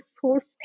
source